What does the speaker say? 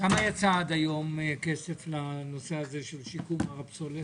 כמה כסף יצא עד היום לנושא הזה של שיקום הר הפסולת,